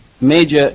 major